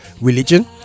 religion